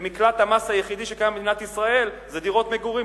מקלט המס היחידי שקיים במדינת ישראל זה דירות מגורים.